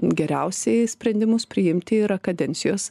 geriausiai sprendimus priimti yra kadencijos